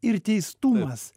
ir teistumas